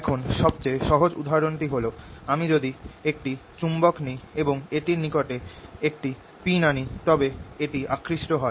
এখন সবচেয়ে সহজ উদাহরণটি হল আমি যদি একটি চুম্বক নিই এবং এটির নিকটে একটি পিন আনি তবে এটি আকৃষ্ট হয়